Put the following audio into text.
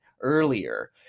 earlier